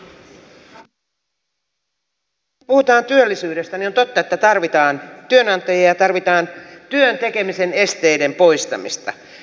kun puhutaan työllisyydestä niin on totta että tarvitaan työnantajia ja tarvitaan työn tekemisen esteiden poistamista